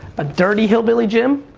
but dirty hillbilly jim.